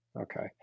Okay